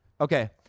Okay